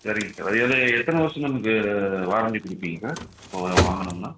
சரிங்க சார் இது வந்து எத்தனை வருஷம் நமக்கு வாரண்டி கொடுப்பீங்க சார் இப்போ அதை வாங்கணும்ன்னா